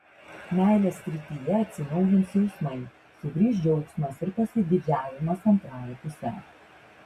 meilės srityje atsinaujins jausmai sugrįš džiaugsmas ir pasididžiavimas antrąja puse